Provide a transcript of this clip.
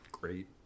great